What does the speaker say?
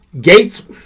Gates